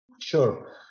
Sure